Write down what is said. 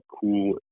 cool